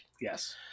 Yes